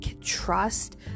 trust